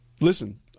listen